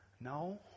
No